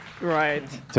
Right